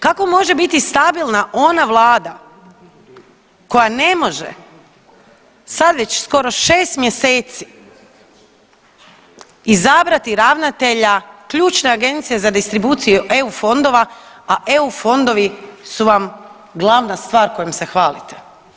Kako može biti stabilna ona vlada koja ne može sad već skoro šest mjeseci izabrati ravnatelja ključne agencije za distribuciju eu fondova, a eu fondovi su vam glavna stvar kojom se hvalite?